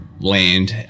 land